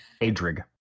Adrig